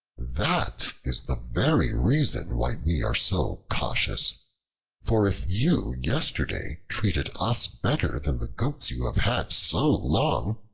that is the very reason why we are so cautious for if you yesterday treated us better than the goats you have had so long,